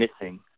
missing